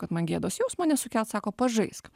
kad man gėdos jausmo nesuket sako pažaisk